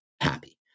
happy